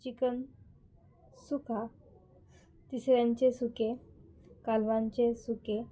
chicken सुखा तिसऱ्यांचे सुके कालवांचे सुके